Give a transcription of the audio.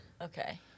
Okay